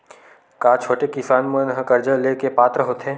का छोटे किसान मन हा कर्जा ले के पात्र होथे?